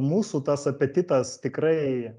mūsų tas apetitas tikrai